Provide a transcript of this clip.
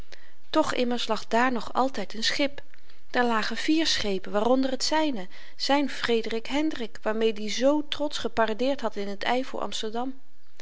toch immers lag daar nog altyd n schip daar lagen vier schepen waaronder het zyne zyn fredrik hendrik waarmed i zoo trotsch geparadeerd had in het y voor amsterdam